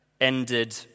ended